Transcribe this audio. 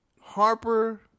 Harper